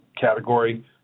category